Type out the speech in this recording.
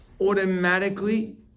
automatically